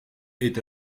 est